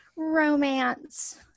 romance